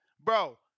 Bro